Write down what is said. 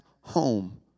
home